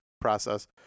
process